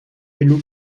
hello